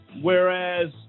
whereas